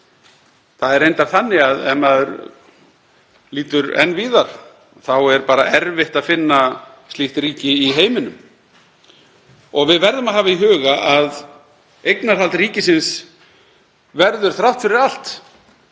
Það er reyndar þannig að ef maður lítur enn víðar þá er bara erfitt að finna slíkt ríki í heiminum. Við verðum að hafa í huga að eignarhald ríkisins verður þrátt fyrir allt,